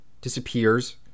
disappears